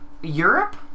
Europe